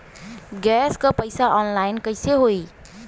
Gas क पैसा online कइसे होई?